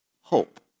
hope